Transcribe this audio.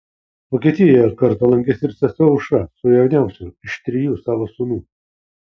vokietijoje kartą lankėsi ir sesuo aušra su jauniausiu iš trijų savo sūnų